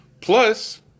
Plus